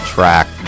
Track